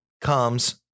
comes